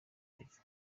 riva